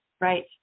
Right